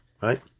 right